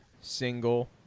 single